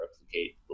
replicate